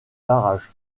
barrages